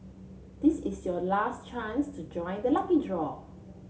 this is your last chance to join the lucky draw